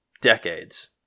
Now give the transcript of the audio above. decades